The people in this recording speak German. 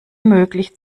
möglich